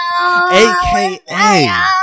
AKA